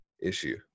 issue